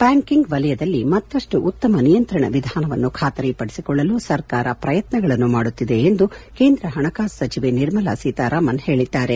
banking ವಲಯದಲ್ಲಿ ಮತ್ತಷ್ಟು ಉತ್ತಮ ನಿಯಂತ್ರಣ ವಿಧಾನವನ್ನು ಖಾತರಿಪಡಿಸಿಕೊಳ್ಳಲು ಸರ್ಕಾರ ಪ್ರಯತ್ನಗಳನ್ನು ಮಾಡುತ್ತಿದೆ ಎಂದು ಕೇಂದ್ರ ಹಣಕಾಸು ಸಚಿವೆ ನಿರ್ಮಲಾ ಸೀತಾರಾಮನ್ ಹೇಳಿದ್ದಾರೆ